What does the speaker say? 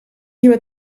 nieuwe